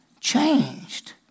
Changed